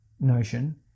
notion